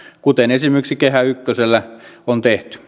kuten esimerkiksi kehä ykkösellä on tehty